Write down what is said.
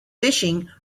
fishing